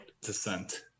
descent